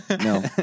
No